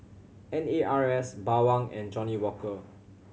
N A R S Bawang and Johnnie Walker